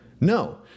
No